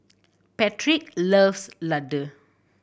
Patric loves Ladoo